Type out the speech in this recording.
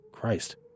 Christ